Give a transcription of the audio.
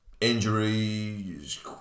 Injuries